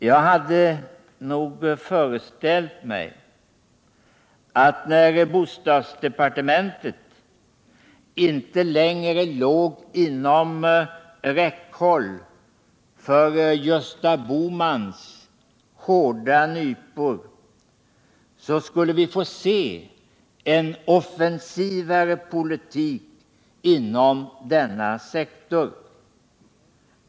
Jag hade föreställt mig att, när bostadsdepartementet inte längre låg inom räckhåll för Gösta Bohmans hårda nypor, skulle vi få se en offensivare politik inom denna sektor.